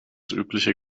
übliche